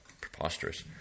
preposterous